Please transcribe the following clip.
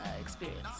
experience